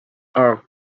are